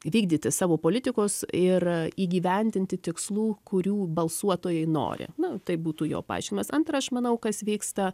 įvykdyti savo politikos ir įgyvendinti tikslų kurių balsuotojai nori nu tai būtų jo paaiškinimas antra aš manau kas vyksta